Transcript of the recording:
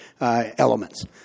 elements